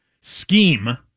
scheme